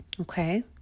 okay